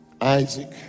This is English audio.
Isaac